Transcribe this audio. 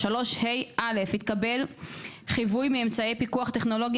חיווי מאמצעי פיקוח טכנולוגי 3ה. (א)התקבל חיווי מאמצעי פיקוח טכנולוגי